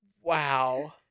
Wow